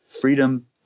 Freedom